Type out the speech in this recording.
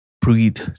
breathe